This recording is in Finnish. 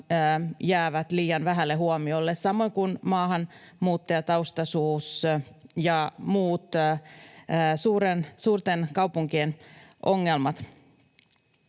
jäävät liian vähälle huomiolle, samoin kuin maahanmuuttajataustaisuus ja muut suurten kaupunkien ongelmat.